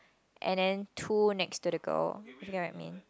and then two next to the girl you get what I mean